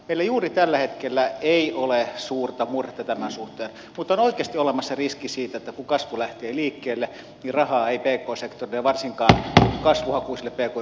meillä juuri tällä hetkellä ei ole suurta murhetta tämän suhteen mutta on oikeasti olemassa riski siitä että kun kasvu lähtee liikkeelle niin rahaa ei pk sektorille ja varsinkaan kasvuhakuisille pk yrityksille riitä